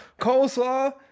Coleslaw